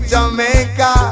Jamaica